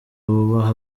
bubaha